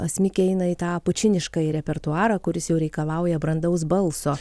asmik eina į tą pučiniškąjį repertuarą kuris jau reikalauja brandaus balso